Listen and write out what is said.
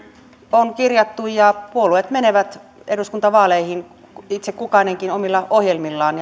on kirjattu ja puolueet menevät eduskuntavaaleihin itse kukin omilla ohjelmillaan